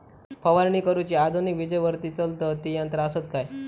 फवारणी करुची आधुनिक विजेवरती चलतत ती यंत्रा आसत काय?